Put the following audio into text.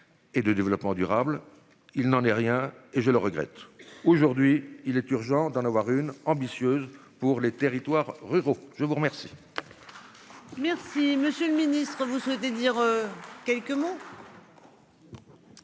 Et de développement durable. Il n'en est rien et je le regrette aujourd'hui. Il est urgent d'en avoir une ambitieuse pour les territoires ruraux. Je vous remercie. Merci Monsieur le Ministre, vous souhaitez dire. Quelques mots.